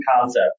concept